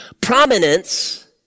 prominence